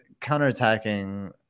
counterattacking